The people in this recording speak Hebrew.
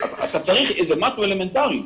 משהו אלמנטרי.